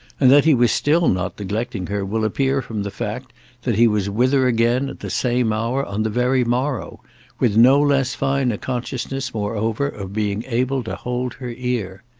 and that he was still not neglecting her will appear from the fact that he was with her again at the same hour on the very morrow with no less fine a consciousness moreover of being able to hold her ear.